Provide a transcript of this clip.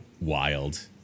wild